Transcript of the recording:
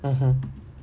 mmhmm